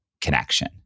connection